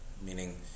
meaning